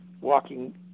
walking